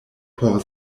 por